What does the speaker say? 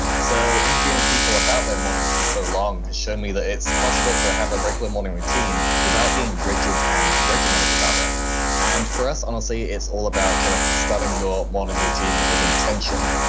so, interviewing people about their mornings for so long has shown me that it's possible to have a regular morning routine without being rigid and regimented about it and for us, honestly, it's all about kind of starting your morning routine with intention.